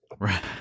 Right